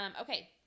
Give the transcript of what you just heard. Okay